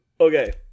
Okay